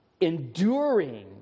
enduring